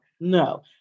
No